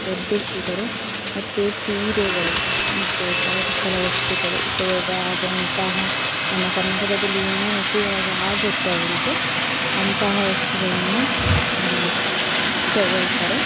ಹೊರದೇಶಿಗರು ಮತ್ತೆ ಸೀರೆಗಳು ಮತ್ತು ಕರಕುಶಲ ವಸ್ತುಗಳು ಉಪಯೋಗ ಆಗುವಂತಹ ನಮ್ಮ ಕರ್ನಾಟಕದಲ್ಲಿ ಏನೇನು ಉಪಯೋಗ ಆಗುತ್ತೋ ಅವರಿಗೆ ಅಂತಹ ವಸ್ತುಗಳನ್ನು ತೊಗೊಳ್ತಾರೆ